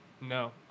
No